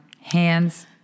Hands